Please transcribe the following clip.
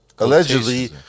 Allegedly